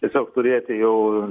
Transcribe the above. tiesiog turėti jau